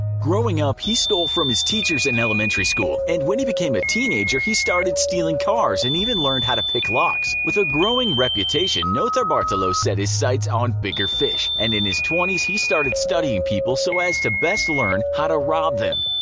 growing up, he stole from his teachers in elementary school, and when he became a teenager he started stealing cars and even learned how to pick locks. with a growing reputation, notarbartolo set his sights on bigger fish, and in his twenty s he started studying people so as to best learn how to rob them.